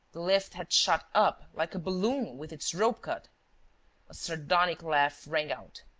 the lift had shot up, like a balloon with its rope cut. a sardonic laugh rang out.